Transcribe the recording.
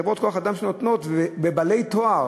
חברות כוח-אדם שנותנות לבעלי תואר,